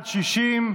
60,